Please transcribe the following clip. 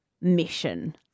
mission